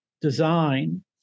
design